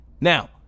now